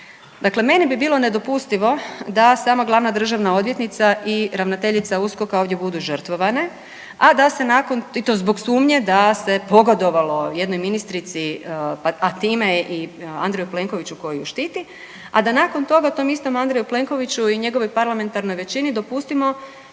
Dakle, meni bi bilo nedopustivo da sama glavna državna odvjetnica i ravnateljica USKOK-a ovdje budu žrtvovane, a da se nakon i to zbog sumnje da se pogodovalo jednoj ministrici, a time i Andreju Plenkoviću koji ju štiti, a da nakon toga tom istom Andreju Plenkoviću i njegovoj parlamentarnoj većini dopustimo